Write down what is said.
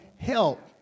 Help